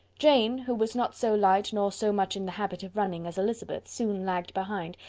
jane, who was not so light nor so much in the habit of running as elizabeth, soon lagged behind,